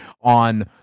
on